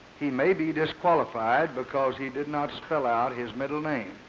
he may be disqualified because he did not spell out his middle name,